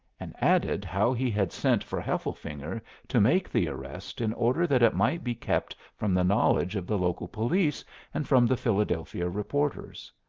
and added how he had sent for hefflefinger to make the arrest in order that it might be kept from the knowledge of the local police and from the philadelphia reporters.